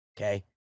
okay